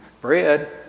bread